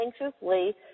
anxiously